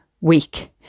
week